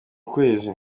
kukwezi